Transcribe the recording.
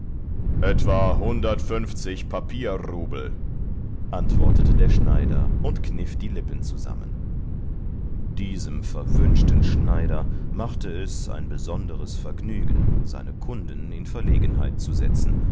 etwa hundertfünfzig papierrubel antwortete der schneider und kniff die lippen zusammen diesem verwünschten schneider machte es ein besonderes vergnügen seine kunden in verlegenheit zu setzen